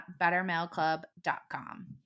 BetterMailClub.com